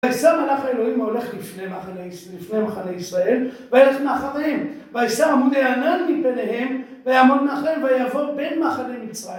ויסע מלאך האלוהים הולך לפני מחנה ישראל וינח מאחריהם ויסע עמוד הענן מפניהם ויעמוד מאחריהם ויעבור בין מחנה מצרים